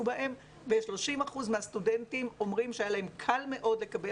בהם ו-30% מהסטודנטים אומרים שהיה להם קל מאוד לקבל